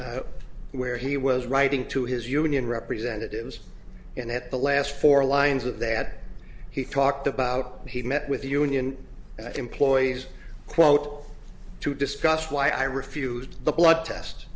where he was writing to his union representatives and at the last four lines of that he talked about he met with the union and employees quote to discuss why i refused the blood test